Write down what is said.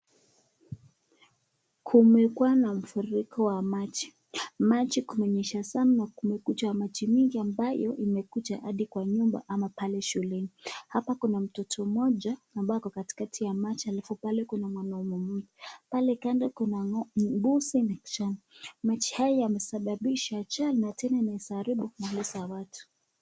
Kumekuwa na mfuriko wa maji. Maji kumenyesha sana kumekuja maji mengi ambayo imekuja hadi kwa nyumba ama pale shuleni. Hapa kuna mtoto mmoja ambaye ako katikati ya maji, alafu pale kuna mwanamke pale kando kuna ng'ombe mbuzi na kijana. Maji haya yamesababisha ajali na tena yameharibu mali za watu.